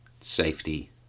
safety